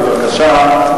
וזה לא היה אלא ציטוט.